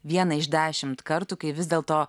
vieną iš dešimt kartų kai vis dėlto